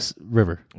River